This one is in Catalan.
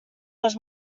les